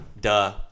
duh